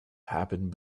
happened